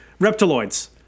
Reptiloids